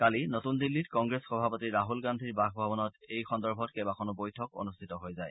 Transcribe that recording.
কালি নতুন দিল্লীত কংগ্ৰেছ সভাপতি ৰাহুল গান্ধীৰ বাসভৱনত এই সম্পৰ্কত কেইবাখনো বৈঠক অনুষ্ঠিত হৈ যায়